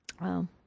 Wow